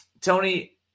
Tony